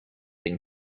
been